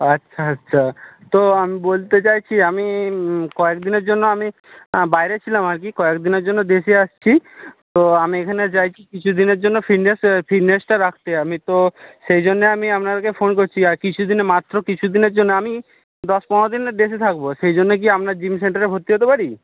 আচ্ছা আচ্ছা তো আমি বলতে চাইছি আমি কয়েকদিনের জন্য আমি বাইরে ছিলাম আর কি কয়েকদিনের জন্য দেশে আসছি তো আমি এখানে চাইছি কিছুদিনের জন্য ফিটনেস ফিটনেসটা রাখতে আমি তো সেই জন্যে আমি আপনাকে ফোন করছি আর কিছুদিনের মাত্র কিছুদিনের জন্য আমি দশ পনেরো দিনের দেশে থাকব সেই জন্য কি আপনার জিম সেন্টারে ভর্তি হতে পারি